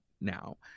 now